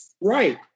Right